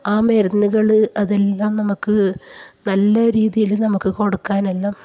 ആ മരുന്നുകൾ അതെല്ലാം നമുക്ക് നല്ല രീതിയിൽ നമുക്ക് കൊടുക്കാൻ എല്ലാം